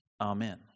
Amen